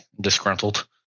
disgruntled